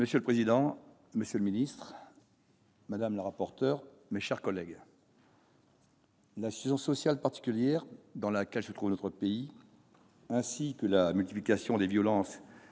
Monsieur le président, monsieur le secrétaire d'État, mes chers collègues, la situation sociale particulière dans laquelle se trouve notre pays ainsi que la multiplication des violences